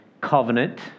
covenant